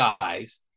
guys